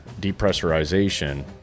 depressurization